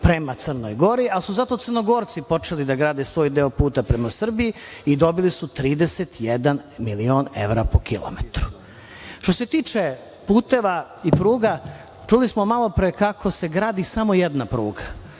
prema Crnoj Gori, ali su zato Crnogorci počeli da grade svoj deo puta prema Srbiji i dobili su 31 milion evra po kilometru. Što se tiče puteva i pruga, čuli smo malopre kako se gradi samo jedna pruga,